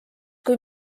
kui